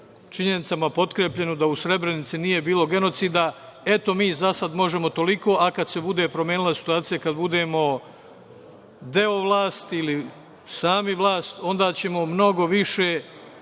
činjenicama potkrepljenu da u Srebrenici nije bilo genocida. Eto, mi za sada možemo toliko, a kada se bude promenila situacija, kada budemo deo vlasti ili sami vlast, onda ćemo mnogo više